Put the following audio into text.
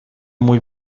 muy